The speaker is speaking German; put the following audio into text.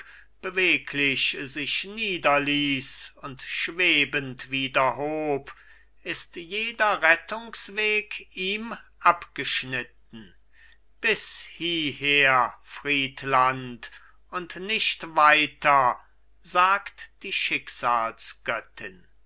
beweglich sich niederließ und schwebend wieder hob ist jeder rettungsweg ihm abgeschnitten bis hieher friedland und nicht weiter sagt die schicksalsgöttin